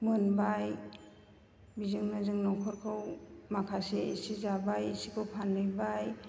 मोनबाय बेजोंनो जों न'खरखौ माखासे इसे जाबाय इसेखौ फानहैबाय